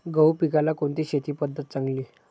गहू पिकाला कोणती शेती पद्धत चांगली?